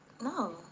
No